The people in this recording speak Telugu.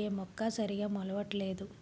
ఏ మొక్క సరిగా మొలవట్లేదు